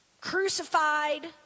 crucified